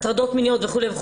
הטרדות מיניות וכולי,